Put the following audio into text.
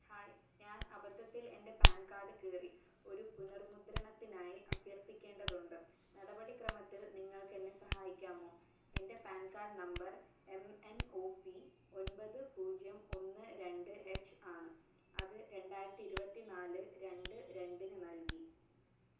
hi ഞാൻ അബദ്ധത്തിൽ എൻ്റെ പാൻ കാർഡ് കീറി ഒരു പുനർ മുദ്രണത്തിനായി അഭ്യർത്ഥിക്കേണ്ടതുണ്ട് നടപടിക്രമത്തിൽ നിങ്ങൾക്ക് എന്നെ സഹായിക്കാമോ എൻ്റെ PAN card number M N O P ഒമ്പത് പൂജ്യം ഒന്ന് രണ്ട് എച്ച് ആണ് അത് രണ്ടായിരത്തി ഇരുപത്തി നാല് രണ്ട് രണ്ടിന് നൽകി